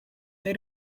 they